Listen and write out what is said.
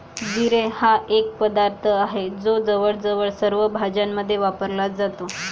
जिरे हा एक पदार्थ आहे जो जवळजवळ सर्व भाज्यांमध्ये वापरला जातो